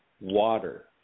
water